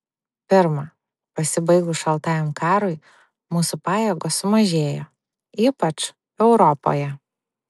pirma pasibaigus šaltajam karui mūsų pajėgos sumažėjo ypač europoje